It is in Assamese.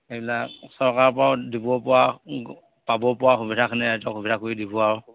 সেইবিলাক চৰকাৰৰ পৰাও দিব পৰা পাব পৰা সুবিধাখিনি ৰাইজক সুবিধা কৰি দিব আৰু